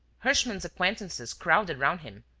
herschmann's acquaintances crowded round him.